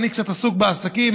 אני קצת עסוק בעסקים.